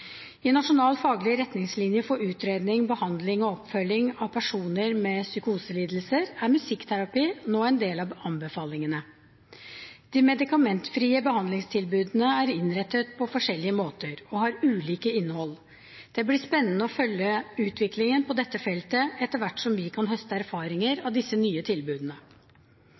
I nasjonal faglig retningslinje for utredning, behandling og oppfølging av personer med psykoselidelser er musikkterapi nå en del av anbefalingene. De medikamentfrie behandlingstilbudene er innrettet på forskjellige måter og har ulike innhold. Det blir spennende å følge utviklingen på dette feltet etter hvert som vi kan høste erfaringer av disse nye tilbudene.